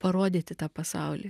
parodyti tą pasaulį